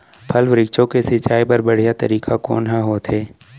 फल, वृक्षों के सिंचाई बर बढ़िया तरीका कोन ह होथे?